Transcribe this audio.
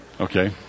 Okay